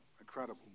incredible